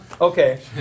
Okay